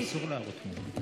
אסור להראות תמונות.